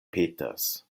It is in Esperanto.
peters